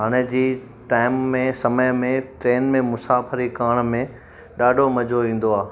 हाणे जी टाइम में समय में ट्रेन में मुसाफ़िरी करण में ॾाढो मज़ो ईंदो आहे